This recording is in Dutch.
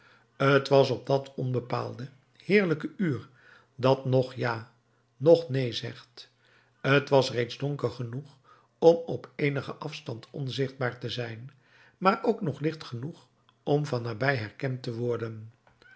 t was op dat onbepaalde heerlijke uur dat noch ja noch neen zegt t was reeds donker genoeg om op eenigen afstand onzichtbaar te zijn maar ook nog licht genoeg om van nabij herkend te worden